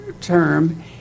term